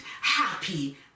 happy